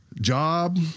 Job